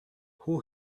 who